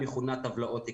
המכונה טבלאות ---.